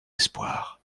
espoir